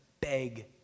beg